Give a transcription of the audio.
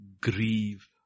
grieve